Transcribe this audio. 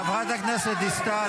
חברת הכנסת דיסטל,